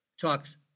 Talks